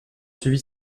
suivi